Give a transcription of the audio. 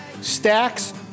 Stacks